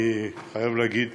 אני חייב לומר,